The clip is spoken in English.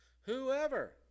whoever